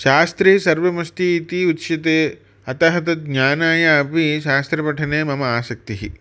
शास्त्रे सर्वमस्ति इति उच्यते अतः तद् ज्ञानाय अपि शास्त्रपठने मम आसक्तिः